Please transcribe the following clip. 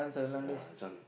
yeah this one